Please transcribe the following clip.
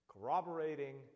Corroborating